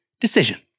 decision